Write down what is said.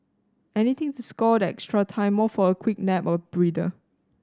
anything to score that extra time off for a quick nap or breather